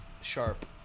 Sharp